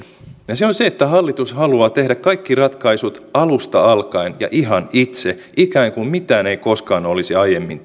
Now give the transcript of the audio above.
ja se on se että hallitus haluaa tehdä kaikki ratkaisut alusta alkaen ja ihan itse ikään kuin mitään ei koskaan aiemmin